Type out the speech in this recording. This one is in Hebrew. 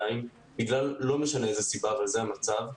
לא משנה בגלל איזו סיבה אבל זה המצב,